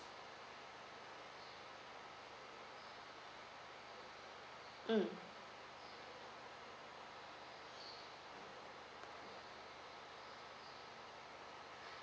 mm